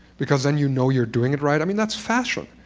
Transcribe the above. because then you know you're doing it right. i mean, that's fashion,